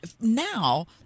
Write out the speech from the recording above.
now